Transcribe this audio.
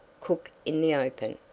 cook in the open,